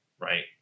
Right